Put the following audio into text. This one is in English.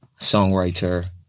songwriter